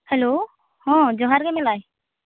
hello ᱦᱚᱸ ᱡᱚᱦᱟᱨ ᱜᱮ ᱢᱟᱞᱟᱭ